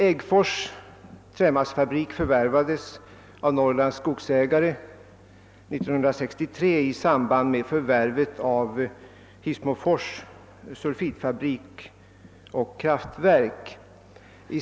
Äggfors trämassefabrik förvärvades av Norrlands skogsägare 1963 i samband med förvärvet av Hissmofors sulfitfabrik och kraftverk.